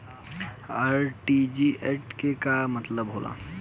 RTGS के का मतलब होला?